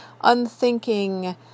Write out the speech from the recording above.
unthinking